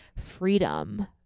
freedom